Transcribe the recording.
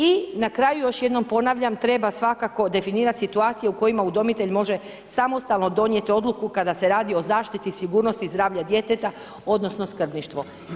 I na kraju još jednom ponavljam, treba svakako definirati situacije u kojima udomitelj može samostalno donijeti odluku kada se radi o zaštiti sigurnosti zdravlja djeteta, odnosno skrbništvo.